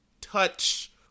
touch